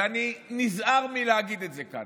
ואני נזהר מלהגיד את זה כאן,